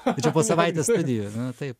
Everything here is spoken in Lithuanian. tai čia po savaitės studijų na taip